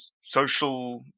social